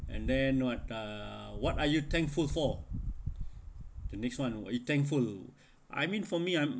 and then what uh what are you thankful for the next [one] it thankful I mean for me I'm